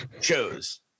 shows